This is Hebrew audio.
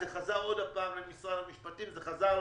זה חזר שוב למשרד המשפטים וחזר לאוצר.